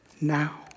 Now